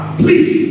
please